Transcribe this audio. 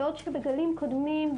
בעוד שבגלים קודמים,